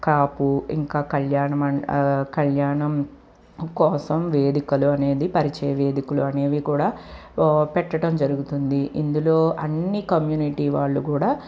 కాపు ఇంకా కళ్యాణ మండ కళ్యాణం కోసం వేదికలు అనేది పరిచయ వేదికలు అనేవి కూడా పెట్టడం జరుగుతుంది ఇందులో అన్ని కమ్యూనిటీ వాళ్ళు కూడా